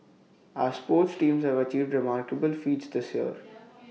our sports teams have achieved remarkable feats this year